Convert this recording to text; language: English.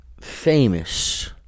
famous